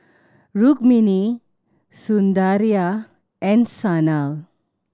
Rukmini Sundaraiah and Sanal